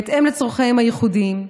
בהתאם לצרכים הייחודיים,